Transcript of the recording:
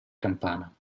campana